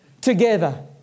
together